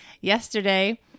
yesterday